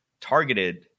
targeted